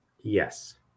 Yes